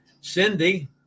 Cindy